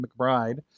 McBride